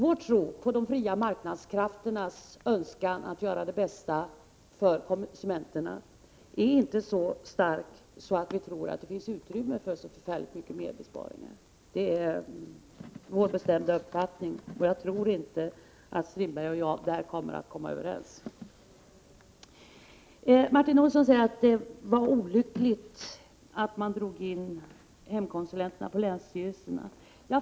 Vår tro på de fria marknadskrafternas önskan att göra det bästa för konsumenterna är inte så stark att vi tror att det finns utrymme för så förfärligt mycket mer besparingar — det är vår bestämda uppfattning. Jag tror inte att herr Strindberg och jag kan bli överens på den punkten. Martin Olsson säger att det var olyckligt att man drog in hemkonsulenterna på länsstyrelserna.